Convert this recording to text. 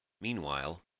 Meanwhile